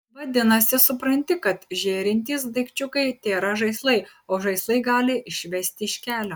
vadinasi supranti kad žėrintys daikčiukai tėra žaislai o žaislai gali išvesti iš kelio